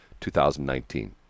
2019